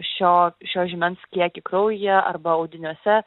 šio šio žymens kiekį kraujyje arba audiniuose